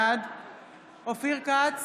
בעד אופיר כץ,